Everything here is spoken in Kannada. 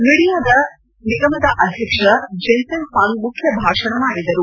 ನ್ವಿಡಿಯಾ ನಿಗಮದ ಅಧ್ಯಕ್ಷ ಜೆನ್ಲೆನ್ ಹ್ವಾಂಗ್ ಮುಖ್ಯ ಭಾಷಣ ಮಾಡಿದರು